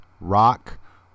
rock